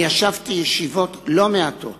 אני ישבתי בישיבות לא מעטות